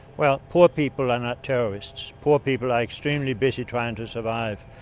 well, poor people are not terrorists, poor people are extremely busy trying to survive,